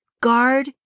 Guard